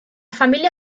familia